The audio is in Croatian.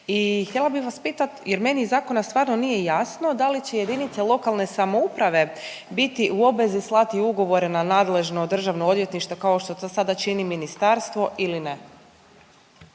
htjela bih vas pitati jer meni iz zakona stvarno nije jasno da li će jedinice lokalne samouprave biti u obvezi slati ugovore na nadležno Državno odvjetništvo kao što to sada čini ministarstvo ili ne?